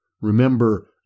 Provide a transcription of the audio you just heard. Remember